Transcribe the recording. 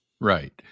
Right